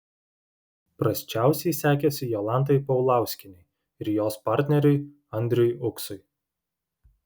prasčiausiai sekėsi jolantai paulauskienei ir jos partneriui andriui uksui